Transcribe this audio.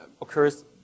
occurs